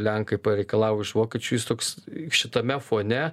lenkai pareikalavo iš vokiečių jis toks šitame fone